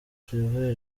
claver